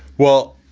well,